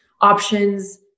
options